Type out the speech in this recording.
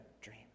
dream